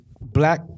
black